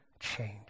change